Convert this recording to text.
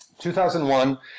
2001